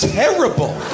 terrible